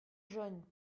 jeunes